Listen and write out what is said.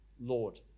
Lord